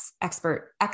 expert